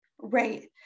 Right